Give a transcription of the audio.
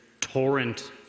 torrent